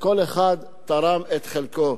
שכל אחד תרם את חלקו.